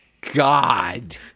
God